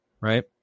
right